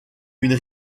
une